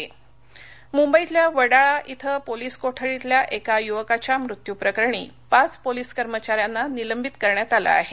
पाचजण निलंबन मुंबईतल्या वाडाळा इथ पोलीस कोठडीतल्या एका युवकाच्या मृत्यू प्रकरणी पाच पोलीस कर्मचा यांना निलंबित करण्यात आलं आहे